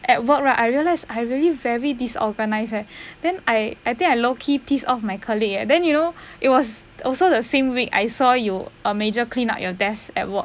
at work right I realise I really very disorganised eh then I I think I low key piss off my colleague eh then you know it was also the same week I saw you a major clean up your desk at work